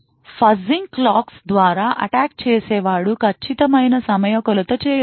fuzzing clocks ద్వారా attack చేసేవాడు ఖచ్చితమైన సమయ కొలత చేయలేడు